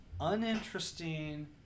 uninteresting